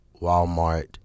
walmart